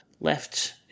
left